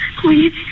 please